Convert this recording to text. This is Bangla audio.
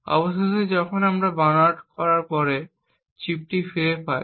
অবশেষে যখন আমরা বানোয়াট করার পরে চিপটি ফিরে পাই